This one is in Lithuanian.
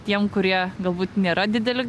tiem kurie galbūt nėra dideli